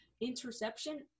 interception